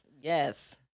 Yes